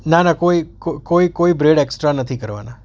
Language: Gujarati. ના ના કોઈ કોઈ કોઈ બ્રેડ એકસ્ટ્રા નથી કરવાનાં